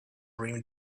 dream